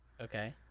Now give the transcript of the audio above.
Okay